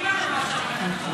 אם הייתם,